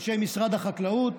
אנשי משרד החקלאות.